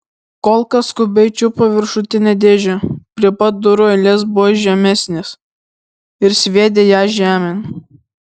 kolka skubiai čiupo viršutinę dėžę prie pat durų eilės buvo žemesnės ir sviedė ją žemėn